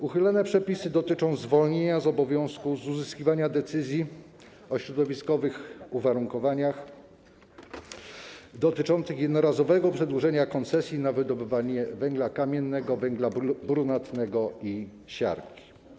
Uchylone przepisy dotyczą zwolnienia z obowiązku uzyskiwania decyzji o środowiskowych uwarunkowaniach dotyczących jednorazowego przedłużenia koncesji na wydobywanie węgla kamiennego, węgla brunatnego i siarki.